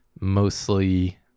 mostly